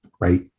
right